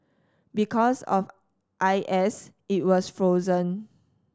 because of I S it was frozen